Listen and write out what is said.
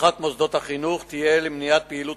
אבטחת מוסדות החינוך תהיה למניעת פעילות